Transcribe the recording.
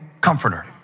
comforter